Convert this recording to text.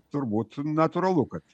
turbūt natūralu kad